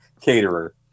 Caterer